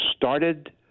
started